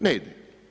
Ne ide.